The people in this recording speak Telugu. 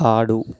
ఆడు